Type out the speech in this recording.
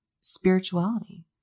spirituality